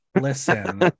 Listen